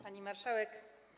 Pani Marszałek!